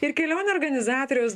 ir kelionių organizatoriaus